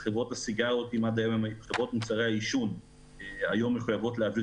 חברות מוצרי העישון מחויבות היום להעביר